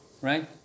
right